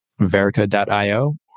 Verica.io